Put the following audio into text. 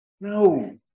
no